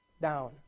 down